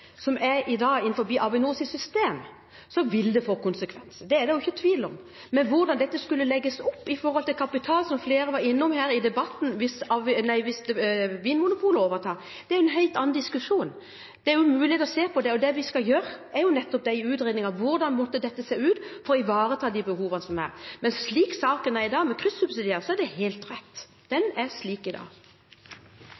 er – i dag – innenfor Avinors system, vil det få konsekvenser, det er det jo ikke tvil om. Hvordan dette skulle legges opp i forhold til kapital hvis Vinmonopolet overtar, som flere har vært innom her i debatten, er en helt annen diskusjon. Det er jo en mulighet å se på det, og det er nettopp det vi skal gjøre i utredningen – hvordan måtte dette se ut for å ivareta de behovene som er? Men slik saken er i dag, med kryssubsidiering, så er det helt rett. Den